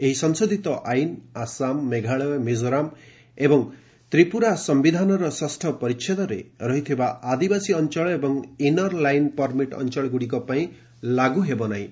ଏହି ସଂଶୋଧିତ ଆଇନ ଆସାମ ମେଘାଳୟ ମିକୋରାମ ଏବଂ ତ୍ରିପୁରା ସିୟିଧାନର ଷଷ୍ଠ ପରିଚ୍ଛେଦରେ ରହିଥିବା ଆଦିବାସୀ ଅଞ୍ଚଳ ଏବଂ ଇନର ଲାଇନ୍ ପର୍ମିଟ ଅଞ୍ଚଳଗୁଡ଼ିକ ପାଇଁ ଲାଗୁ ହେବନାହିଁ